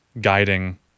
guiding